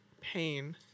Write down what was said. pain